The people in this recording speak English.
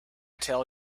tell